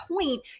point